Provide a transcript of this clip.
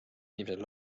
inimesed